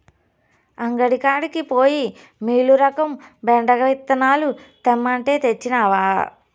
అంగడి కాడికి పోయి మీలురకం బెండ విత్తనాలు తెమ్మంటే, తెచ్చినవా